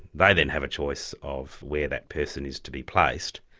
they then have a choice of where that person is to be placed.